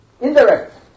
indirect